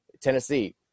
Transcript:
Tennessee